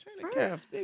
First